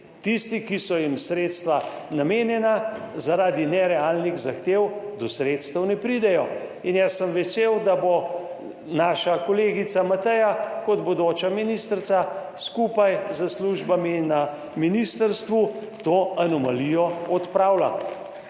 Tisti, ki so jim sredstva namenjena, zaradi nerealnih zahtev do sredstev ne pridejo. In jaz sem vesel, da bo naša kolegica Mateja kot bodoča ministrica skupaj s službami na ministrstvu to anomalijo odpravila.